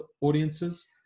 audiences